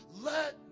let